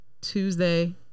Tuesday